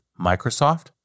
Microsoft